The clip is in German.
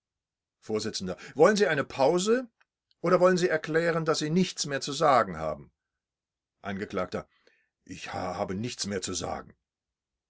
vors wollen sie eine pause oder wollen sie erklären daß sie nichts mehr zu sagen haben angekl ich habe nichts mehr zu sagen